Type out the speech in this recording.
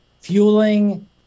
fueling